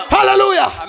Hallelujah